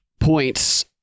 points